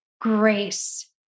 grace